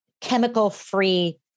chemical-free